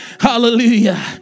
hallelujah